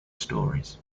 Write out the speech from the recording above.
stories